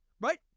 right